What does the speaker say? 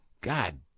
God